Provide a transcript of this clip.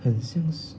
and since